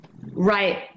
right